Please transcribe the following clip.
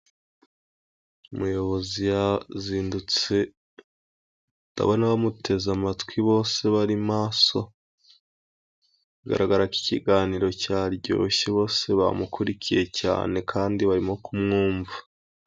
Umuyobozi yazindutse ndabona bamuteze amatwi, bose bari maso biragaragara ko ikiganiro cyaryoshye, bose bamukurikiye cyane kandi barimo kumwumva.